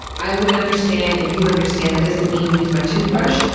i would understand, and you understand, that doesn't mean use my toothbrush.